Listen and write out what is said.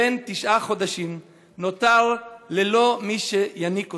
בן תשעה חודשים, נותר ללא מי שייניק אותו.